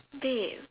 babe